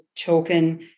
token